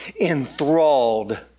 enthralled